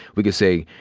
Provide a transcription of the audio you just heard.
we could say,